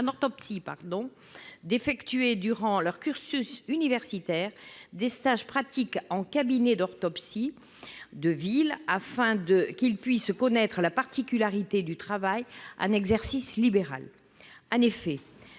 d'effectuer, durant leur cursus universitaire, des stages pratiques en cabinet d'orthoptie de ville, afin qu'ils puissent connaître la particularité du travail en exercice libéral.